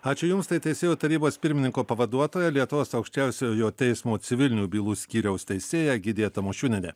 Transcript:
ačiū jums tai teisėjų tarybos pirmininko pavaduotoja lietuvos aukščiausiojo teismo civilinių bylų skyriaus teisėja egidija tamošiūnienė